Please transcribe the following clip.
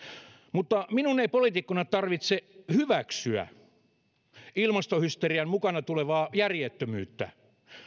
mutta minun ei poliitikkona tarvitse hyväksyä ilmastohysterian mukana tulevaa järjettömyyttä